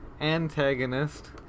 antagonist